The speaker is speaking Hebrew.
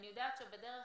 אני יודעת שבדרך